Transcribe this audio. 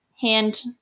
hand